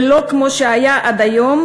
ולא כמו שהיה עד היום,